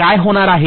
काय होणार आहे